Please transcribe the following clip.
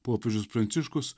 popiežius pranciškus